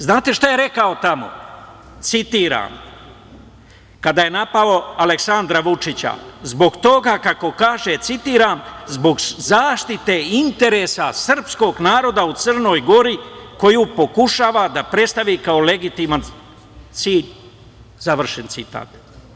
Znate šta je rekao tamo kada je napao Aleksandra Vučića, zbog toga kako kaže citiram- zbog zaštite interesa srpskog naroda u Crnoj Gori koju pokušava da predstavi kao legitiman cilj, završen citat.